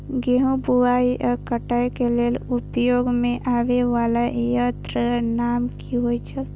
गेहूं बुआई आ काटय केय लेल उपयोग में आबेय वाला संयंत्र के नाम की होय छल?